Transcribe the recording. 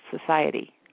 society